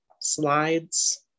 slides